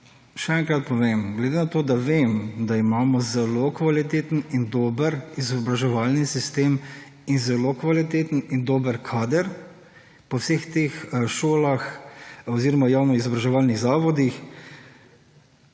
še enkrat povem, glede na to, da vem, da imamo zelo kvaliteten in dober izobraževalni sistem in zelo kvaliteten in dober kader po vseh teh šolah oziroma javno-izobraževalnih zavodih,